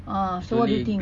ah slowly